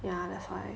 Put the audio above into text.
ya that's why